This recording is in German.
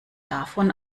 davon